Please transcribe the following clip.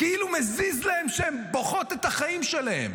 כאילו מזיז להם שהן בוכות את החיים שלהן,